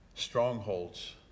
strongholds